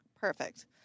Perfect